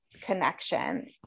connection